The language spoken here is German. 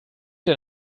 der